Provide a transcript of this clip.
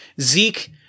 Zeke –